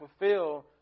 fulfill